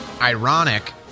ironic